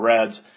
Reds